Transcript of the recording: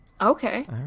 Okay